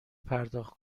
پرداخت